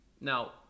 Now